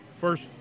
first